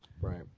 right